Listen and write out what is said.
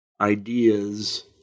Ideas